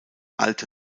alte